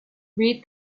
read